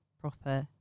proper